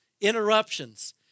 interruptions